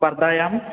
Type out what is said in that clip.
स्पर्धायाम्